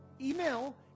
email